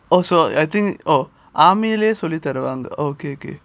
also I think oh army லேயே சொல்லி தருவாங்க:laye solli tharuvanga oh okay okay